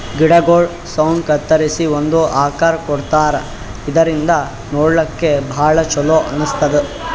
ಗಿಡಗೊಳ್ ಸೌನ್ ಕತ್ತರಿಸಿ ಒಂದ್ ಆಕಾರ್ ಕೊಡ್ತಾರಾ ಇದರಿಂದ ನೋಡ್ಲಾಕ್ಕ್ ಭಾಳ್ ಛಲೋ ಅನಸ್ತದ್